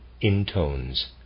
intones